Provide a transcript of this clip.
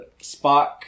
Spock